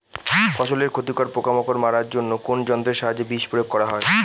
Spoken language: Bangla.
ফসলের ক্ষতিকর পোকামাকড় মারার জন্য কোন যন্ত্রের সাহায্যে বিষ প্রয়োগ করা হয়?